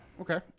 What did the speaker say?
Okay